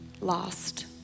lost